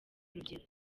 urugero